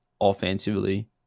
offensively